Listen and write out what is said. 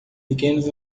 pequenos